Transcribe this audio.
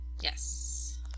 yes